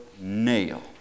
nail